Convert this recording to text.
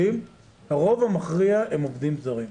הרוב המכריע הם עובדים זרים.